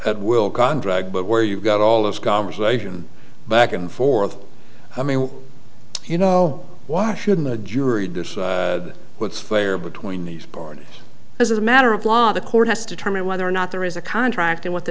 at will kondracke but where you've got all this conversation back and forth i mean you know why shouldn't a jury decide what's fair between these parties this is a matter of law the court has determined whether or not there is a contract and what the